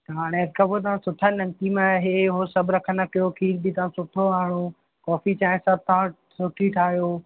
हाणे अॼु खां पोइ तव्हां सुठा नमकीन ऐं इहो उहो सभु रखंदा कयो खीर बि तव्हां सुठो आणो कॉफ़ी चांहि सभु तव्हां सुठी ठाहियो